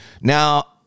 Now